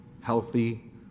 healthy